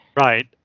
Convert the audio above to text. Right